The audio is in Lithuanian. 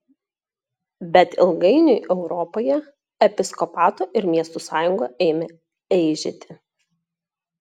bet ilgainiui europoje episkopato ir miestų sąjunga ėmė eižėti